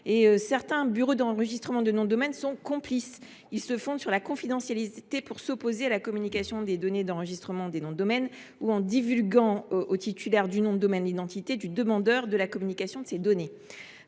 Certains bureaux d’enregistrement de noms de domaine sont complices. Ils se fondent sur la confidentialité pour s’opposer à la communication des données d’enregistrement ou divulguent au titulaire du nom de domaine l’identité du demandeur de la communication de ces données.